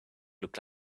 look